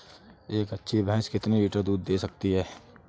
एक अच्छी भैंस कितनी लीटर दूध दे सकती है?